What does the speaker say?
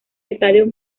estadios